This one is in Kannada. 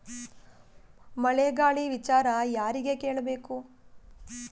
ಮಳೆ ಗಾಳಿ ವಿಚಾರ ಯಾರಿಗೆ ಕೇಳ್ ಬೇಕು?